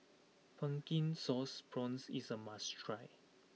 Pumpkin Sauce Prawns is a must try